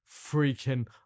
freaking